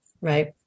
right